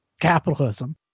capitalism